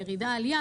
ירידה-עלייה,